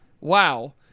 Wow